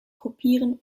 kopieren